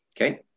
Okay